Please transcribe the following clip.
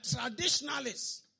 traditionalists